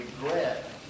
regret